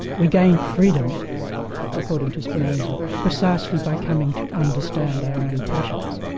we gain freedom according to spinoza, precisely by coming to understand our own passions.